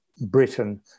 Britain